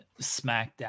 smackdown